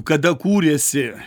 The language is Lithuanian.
kada kūrėsi